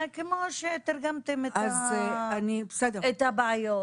כמו שתרגמתם את הבעיות...